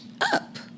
up